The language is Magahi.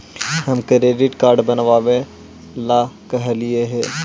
हम क्रेडिट कार्ड बनावे ला कहलिऐ हे?